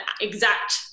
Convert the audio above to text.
exact